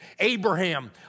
Abraham